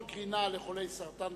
השירותים